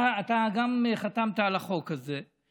אתה גם חתמת על החוק הזה.